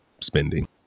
spending